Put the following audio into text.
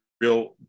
real